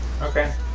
Okay